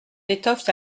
d’étoffes